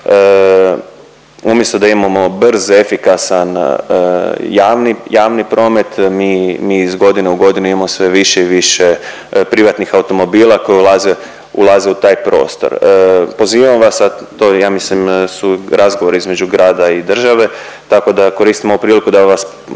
Umjesto da imamo brz i efikasan javni, javni promet mi, mi iz godine u godinu imamo sve više i više privatnih automobila koji ulaze, ulaze u taj prostor. Pozivam vas sad, to je ja mislim su razgovori između grada i države, tako da koristim ovu priliku da vas